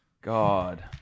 God